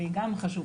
והיא גם חשובה.